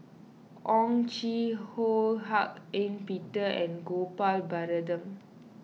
Owyang Chi Ho Hak Ean Peter and Gopal Baratham